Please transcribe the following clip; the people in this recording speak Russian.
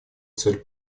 цель